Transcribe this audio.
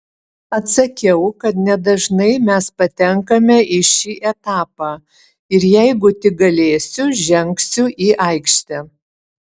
atsakiau kad nedažnai mes patenkame į šį etapą ir jeigu tik galėsiu žengsiu į aikštę